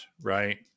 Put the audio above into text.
right